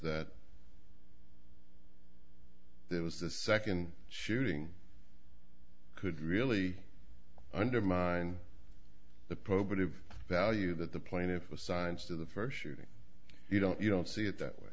that there was a second shooting could really undermine the probative value that the plaintiff was silence to the first shooting you don't you don't see it that way